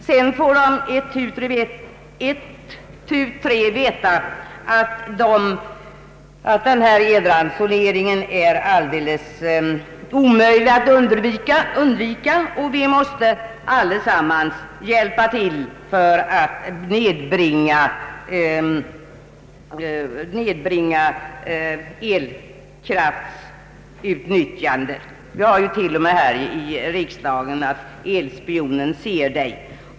Sedan fick de ett tu tre veta att denna elransonering är alldeles omöjlig att undvika och att vi allesammans måste hjälpa till för att nedbringa elkraftsutnyttjandet. Vi har t.o.m. här i riksdagen fått veta att ”Elspionen ser dig”.